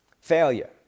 failure